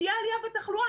תהיה עליה בתחלואה.